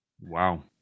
Wow